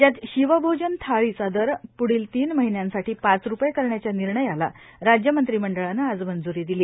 राज्यात शिवभोजन थाळीचा दर प्ढच्या तीन महिन्यांसाठी पाच रुपये करण्याच्या निर्णयाला राज्य मंत्रिमंडळानं आज मंज्री दिली